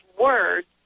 words